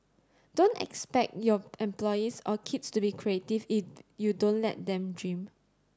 don't expect your employees or kids to be creative if you don't let them dream